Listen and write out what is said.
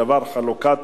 בדבר חלוקת